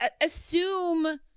assume